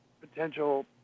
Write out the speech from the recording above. potential